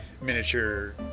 miniature